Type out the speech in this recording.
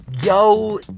Yo